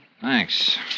Thanks